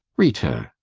rita.